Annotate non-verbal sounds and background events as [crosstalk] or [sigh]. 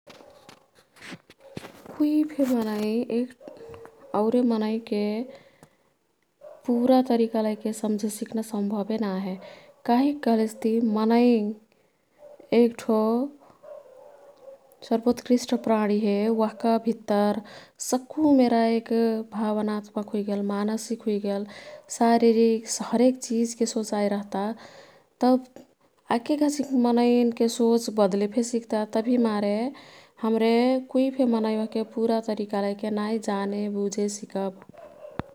[noise] कुईफे मनै [unintelligible] औरे मनैके पुरा तरिका लैके सम्झेसिक्ना संम्भवे ना हे। कहिक कह्लेसती मनै एक्ठो सर्वोत्कृष्ट प्राणी हे। ओह्का भित्तर सक्कु मेराइक् भावनात्मक हुइगेल, मानसिक हुइगेल, शारीरिक हरेक चिजके सोचाई रह्ता। [unintelligible] एक्के घचिक मनैन् के सोच बद्लेफे सिक्ता। तभिमारे हमरे कुईफे मनै ओह्के पुरा तरिकालैके नाई जाने बुझे सिकब।